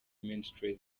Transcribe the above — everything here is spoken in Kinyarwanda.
ministries